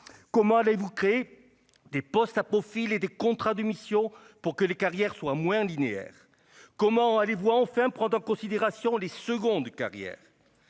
? Allez-vous créer des postes à profil et des contrats de mission pour que les carrières soient moins linéaires ? Allez-vous enfin prendre en considération les secondes carrières ?